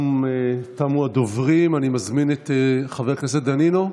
תמו הדוברים, אני מזמין את חבר הכנסת דנינו?